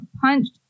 punched